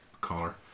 collar